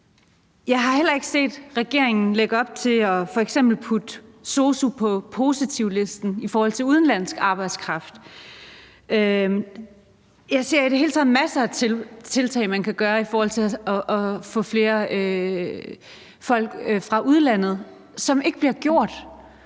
Jeg har heller ikke set regeringen lægge op til f.eks. at putte sosu på positivlisten i forhold til udenlandsk arbejdskraft. Jeg ser i det hele taget masser af tiltag, man kan lave i forhold til at få flere folk fra udlandet, som ikke bliver lavet.